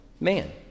man